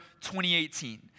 2018